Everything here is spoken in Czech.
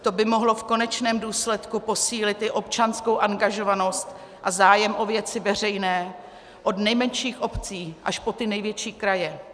To by mohlo v konečném důsledku posílit i občanskou angažovanost a zájem o věci veřejné od nejmenších obcí až po ty největší kraje.